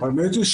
האמת היא,